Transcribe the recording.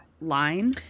line